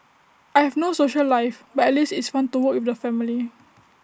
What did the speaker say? I have no social life but at least it's fun to work with the family